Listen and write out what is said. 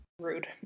Rude